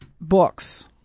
books